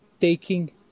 taking